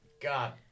God